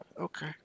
Okay